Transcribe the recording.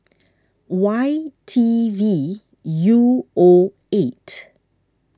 Y T V U O eight